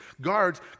guards